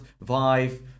Vive